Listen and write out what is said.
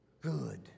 good